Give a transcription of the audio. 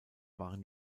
waren